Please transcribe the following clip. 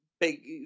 big